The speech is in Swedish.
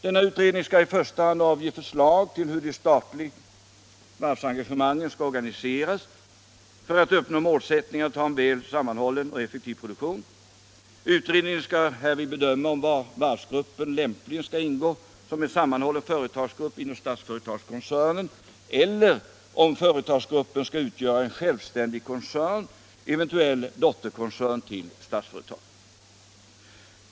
Denna utredning skall i första hand avge förslag till hur det statliga varvsengagemanget skall organiseras för att man skall uppnå målsättningen att ha en väl sammanhållen och effektiv produktion. Utredningen skall härvid bedöma om varvsgruppen lämpligen skall ingå som en sammanhållen företagsgrupp inom Statsföretagskoncernen eller om företagsgruppen skall utgöra en självständig koncern, eventuellt dotterkoncern till Statsföretag.